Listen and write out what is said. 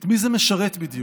את מי זה משרת בדיוק?